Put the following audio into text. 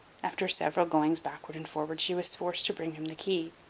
after several goings backward and forward she was forced to bring him the key.